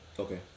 Okay